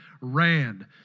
Ran